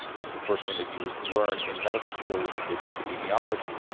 that's the first thing that you learn in medical school when you take epidemiology.